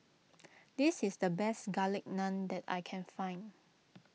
this is the best Garlic Naan that I can find